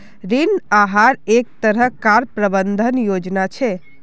ऋण आहार एक तरह कार प्रबंधन योजना छे